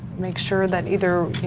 make sure that either,